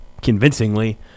convincingly